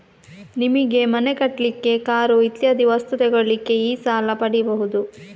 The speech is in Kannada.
ನಿಮಿಗೆ ಮನೆ ಕಟ್ಲಿಕ್ಕೆ, ಕಾರು ಇತ್ಯಾದಿ ವಸ್ತು ತೆಗೊಳ್ಳಿಕ್ಕೆ ಈ ಸಾಲ ಪಡೀಬಹುದು